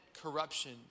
corruption